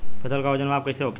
फसल का वजन माप कैसे होखेला?